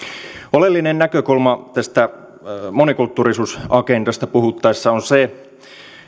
oleellinen näkökulma tästä monikulttuurisuusagendasta puhuttaessa on se